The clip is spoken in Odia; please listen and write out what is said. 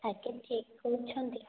ଆଜ୍ଞା ଠିକ କହୁଛନ୍ତି